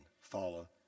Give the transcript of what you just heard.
follow